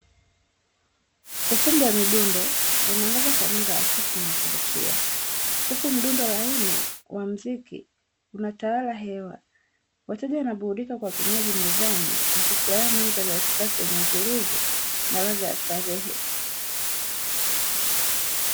Ukumbi wa midundo unaangaza kwa mwanga hafifu na kuvutia, huku mdundo laini wa muziki unatawala hewa. wateja wanaburudika kwa vinywaji mezani wakifurahia mandhari ya kisasa yenye utulivu na ladha ya starehe.